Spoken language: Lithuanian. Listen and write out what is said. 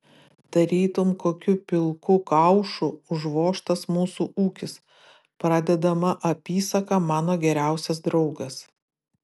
tarytum kokiu pilku kaušu užvožtas mūsų ūkis pradedama apysaka mano geriausias draugas